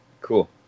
cool